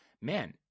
Man